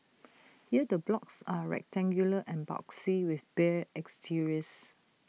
here the blocks are rectangular and boxy with bare exteriors